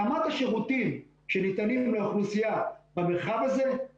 רמת השירותים שניתנים לאוכלוסייה במרחב הזה היא נמוכה.